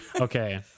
Okay